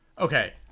okay